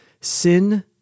sin